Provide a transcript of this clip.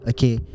Okay